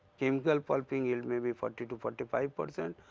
chemical pulping yield may be forty to forty five percent.